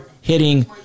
hitting